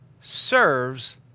serves